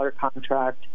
contract